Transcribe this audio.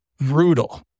brutal